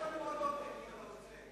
יש לנו עוד עותק אם אתה רוצה.